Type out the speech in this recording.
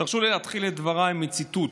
תרשו לי להתחיל את דבריי בציטוט: